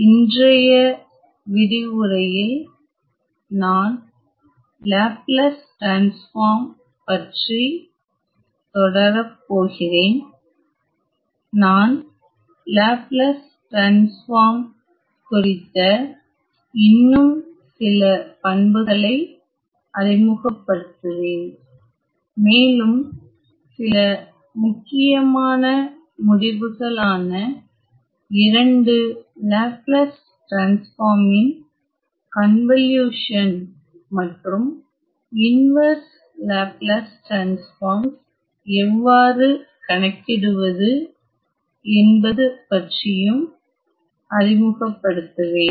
இன்றைய விரிவுரையில் நான் லேப்லஸ் டிரான்ஸ்பார்ம் பற்றி தொடரப் போகிறேன் நான் லேப்லஸ் டிரான்ஸ்பார்ம் குறித்த இன்னும் சில பண்புகளை அறிமுகப்படுத்துவேன் மேலும் சில முக்கியமான முடிவுகள் ஆன இரண்டு லேப்லஸ் டிரான்ஸ்பார்மின் கன்வலியுசன் மற்றும் இன்வர்ஸ் லேப்லஸ் டிரான்ஸ்பார்ம்ஸ் எவ்வாறு கணக்கிடுவது என்பது பற்றியும் அறிமுகப்படுத்துவேன்